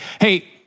Hey